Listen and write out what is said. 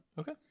okay